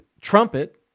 trumpet